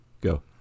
Go